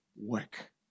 work